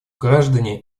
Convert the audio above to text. граждане